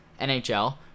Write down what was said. NHL